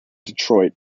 detroit